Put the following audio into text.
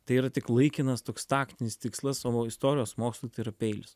tai yra tik laikinas toks taktinis tikslas o istorijos mokslui tai yra peilis